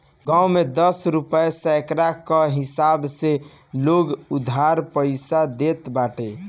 गांव में दस रुपिया सैकड़ा कअ हिसाब से लोग उधार पईसा देत बाटे